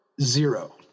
Zero